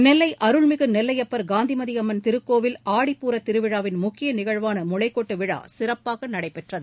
நெல்லை அருள்மிகு நெல்லையப்பர் காந்திமதி அம்மன் திருக்கோவில் ஆடிப்பூரத் திருவிழாவின் முக்கிய நிகழ்வான முளைக்கொட்டு விழா சிறப்பாக நடைபெற்றது